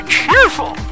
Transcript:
cheerful